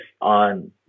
on